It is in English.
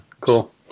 Cool